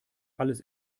alles